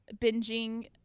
binging